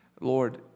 lord